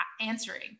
answering